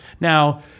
Now